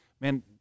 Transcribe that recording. man –